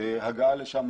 הגעה לשמה,